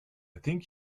think